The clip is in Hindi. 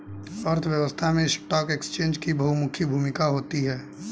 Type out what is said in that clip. अर्थव्यवस्था में स्टॉक एक्सचेंज की बहुमुखी भूमिका होती है